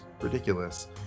ridiculous